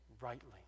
rightly